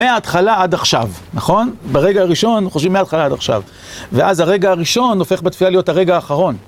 מההתחלה עד עכשיו, נכון? ברגע הראשון, חושבים מההתחלה עד עכשיו ואז הרגע הראשון הופך בתפילה להיות הרגע האחרון.